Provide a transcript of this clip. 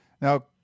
Now